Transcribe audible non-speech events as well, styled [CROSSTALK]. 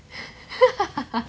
[BREATH] [LAUGHS]